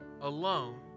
alone